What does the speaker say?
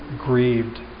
grieved